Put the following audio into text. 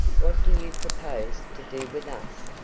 what do you propose to do with us?